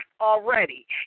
already